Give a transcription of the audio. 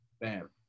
Bam